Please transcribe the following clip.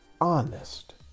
honest